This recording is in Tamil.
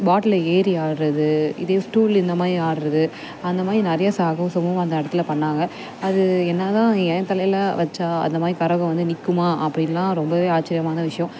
பாட்டிலில் ஏறி ஆடுறது இதே ஸ்டூல் இந்தமாதிரி ஆடுறது அந்தமாதிரி நிறையா சாகசமும் அந்த இடத்துல பண்ணாங்க அது என்னதான் என் தலையில் வைச்சா அந்தமாதிரி கரகம் வந்து நிற்குமா அப்படின்னுலாம் ரொம்ப ஆச்சரியமான விஷயம்